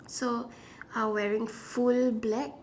so I wearing full black